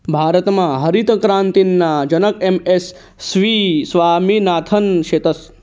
भारतमा हरितक्रांतीना जनक एम.एस स्वामिनाथन शेतस